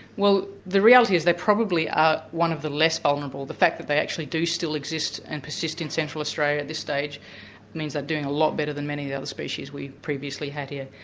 well, the reality is they probably are one of the less vulnerable. the fact that they actually do still exist and persist in central australia at this stage means they're doing a lot better than many of the other species we previously had here.